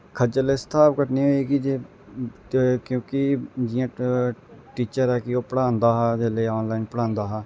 खज्जल इस स्हाब कन्नै होई कि जे क्योंकि जियां टीचर कि ओह् पढ़ांदा हा ते जेल्लै आनलाइन पढ़ांदा हा